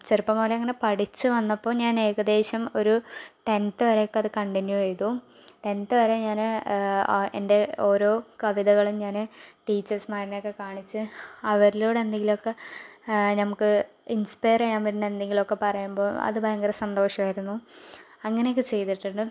ചെറുപ്പം മുതലേ അങ്ങനെ പഠിച്ചു വന്നപ്പോൾ ഞാൻ ഏകദേശം ഒരു ടെൻത്ത് വരെയൊക്കെ അത് കണ്ടിന്യു ചെയ്തു ടെൻത്ത് വരെ ഞാൻ എൻ്റെ ഓരോ കവിതകളും ഞാൻ ടീച്ചേഴ്സ്മാരെ ഒക്കെ കാണിച്ച് അവരിലൂടെ എന്തെങ്കിലുമൊക്കെ നമുക്ക് ഇൻസ്പെയർ ചെയ്യാൻ പറ്റണം എന്തെങ്കിലുമൊക്കെ പറയുമ്പോൾ അത് ഭയങ്കര സന്തോഷമായിരുന്നു അങ്ങനെയൊക്കെ ചെയ്തിട്ടുണ്ട്